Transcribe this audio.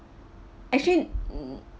actually